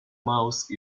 mouse